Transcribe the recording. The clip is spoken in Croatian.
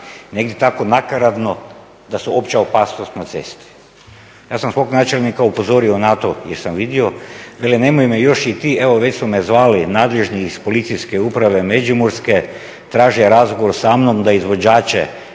negdje tako nakaradno da su opća opasnost na cesti. Ja sam svog načelnika upozorio na to jer sam vidio, vele nemoj me još i ti, evo već su me zvali nadležni iz policijske uprave Međimurske, traže razgovor samnom da izvođače